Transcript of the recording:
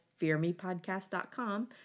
fearmepodcast.com